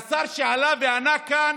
והשר שעלה וענה כאן